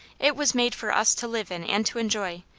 it was made for us to live in and to enjoy.